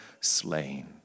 slain